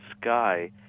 sky